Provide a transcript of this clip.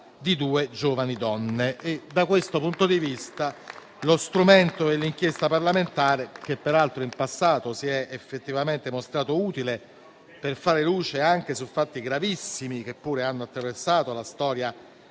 di due giovani donne. Da questo punto di vista, grazie allo strumento dell'inchiesta parlamentare, che peraltro in passato si è effettivamente mostrato utile per fare luce anche su fatti gravissimi che pure hanno attraversato la storia